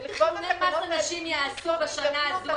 איזה תכנוני מס אנשים יעשו בשנה הזו?